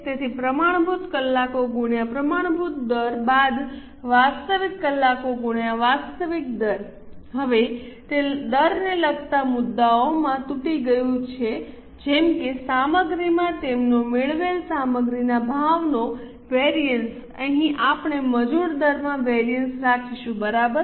તેથી પ્રમાણભૂત કલાકો ગુણ્યા પ્રમાણભૂત દર બાદ વાસ્તવિક કલાકો ગુણ્યા વાસ્તવિક દર હવે તે દરને લગતા મુદ્દાઓમાં તૂટી ગયું છે જેમ કે સામગ્રીમાં તેમનો મેળવેલ સામગ્રી ના ભાવનો વેરિએન્સ અહીં આપણે મજૂર દરમાં વેરિએન્સ રાખીશું બરાબર